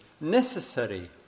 necessary